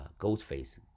Ghostface